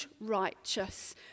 righteous